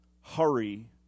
hurry